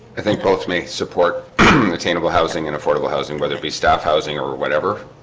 i think both may support attainable housing and affordable housing whether it be staff housing or whatever,